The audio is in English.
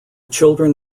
children